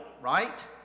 Right